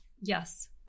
Yes